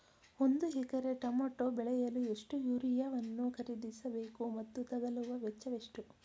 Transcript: ಒಂದು acre tomato ಬೆಳೆಯಲು ಎಷ್ಟು ಯೂರಿಯಾವನ್ನು ಖರೀದಿಸ ಬೇಕು ಮತ್ತು ತಗಲುವ ವೆಚ್ಚ ಎಷ್ಟು?